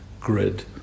grid